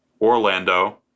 Orlando